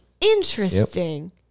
Interesting